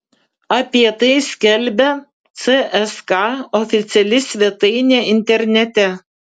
apie tai skelbia cska oficiali svetainė internete